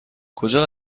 کجا